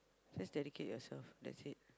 just dedicate yourself that's it